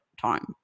time